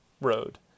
road